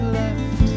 left